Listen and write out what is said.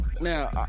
Now